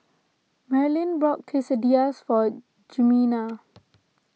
Marlin bought Quesadillas for Jimena